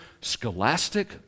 scholastic